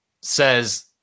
says